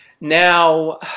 Now